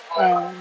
ah